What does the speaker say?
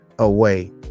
away